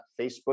Facebook